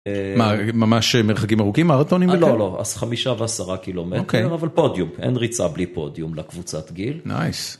ממש מרחקים ארוכים מארתונים? - לא, לא, אז חמישה ועשרה קילומטרים, אבל פודיום. אין ריצה בלי פודיום לקבוצת גיל. - ניס.